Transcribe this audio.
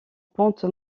pente